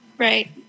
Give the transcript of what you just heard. Right